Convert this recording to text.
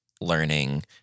learning